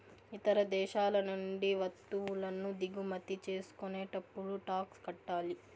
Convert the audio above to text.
ఇతర దేశాల నుండి వత్తువులను దిగుమతి చేసుకునేటప్పుడు టాక్స్ కట్టాలి